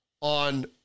on